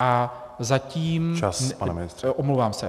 a zatím Omlouvám se.